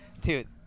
dude